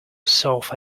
sofa